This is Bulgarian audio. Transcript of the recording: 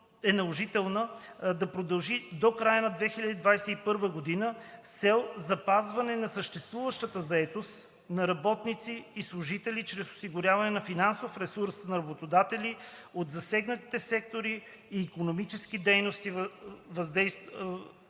е наложително да продължи до края на 2021 г. с цел запазване на съществуващата заетост на работници и служители чрез осигуряване на финансов ресурс на работодатели от засегнатите сектори и икономически дейности вследствие